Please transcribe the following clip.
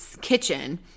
kitchen